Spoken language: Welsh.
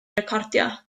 recordio